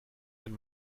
wenn